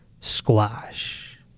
squash